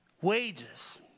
Wages